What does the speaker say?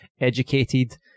educated